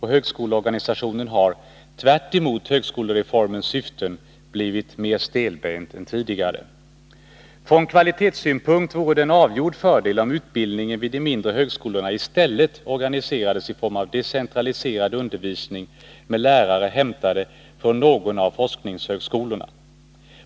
Högskoleorganisationen har, tvärtemot högskolereformens syfte, blivit mer stelbent än tidigare. Från kvalitetssynpunkt vore det en avgjord fördel om utbildningen vid de mindre högskolorna i stället organiserades i form av decentraliserad undervisning med lärare hämtade från någon av forskningshögskolorna.